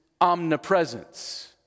omnipresence